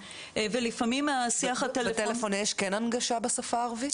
ולפעמים השיח הטלפוני --- בטלפון יש כן הנגשה בשפה הערבית?